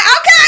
okay